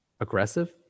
aggressive